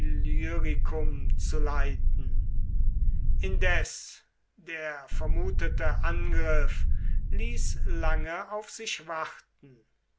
illyricum zu leiten indes der vermutete angriff ließ lange auf sich warten